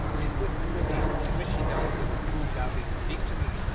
is this the city in which she dances of whom thou didst speak to me